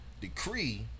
Decree